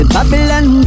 Babylon